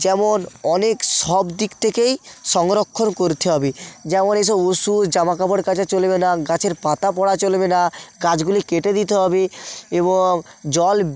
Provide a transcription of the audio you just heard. যেমন অনেক সব দিক থেকেই সংরক্ষণ করতে হবে যেমন এসব ওষুধ জামা কাপড় কাচা চলবে না গাছের পাতা পড়া চলবে না গাছগুলি কেটে দিতে হবে এবং জল